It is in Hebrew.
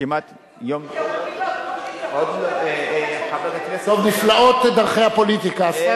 כמעט יום, אני הצעתי עובדים סוציאליים, אמרו